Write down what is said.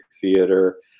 theater